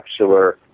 capsular